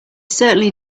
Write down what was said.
certainly